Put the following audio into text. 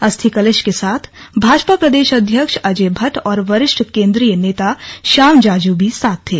अस्थि कलश के साथ भाजपा प्रदेश अध्यक्ष अजय भट्ट और वरिष्ठ केंद्रीय नेता श्याम जाजू भी साथ थे